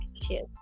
Cheers